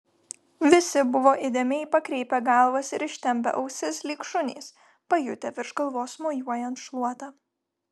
visi buvo įdėmiai pakreipę galvas ir ištempę ausis lyg šunys pajutę virš galvos mojuojant šluota